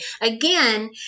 again